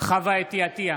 חוה אתי עטייה,